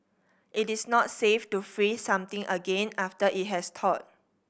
it is not safe to freeze something again after it has thawed